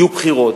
יהיו בחירות,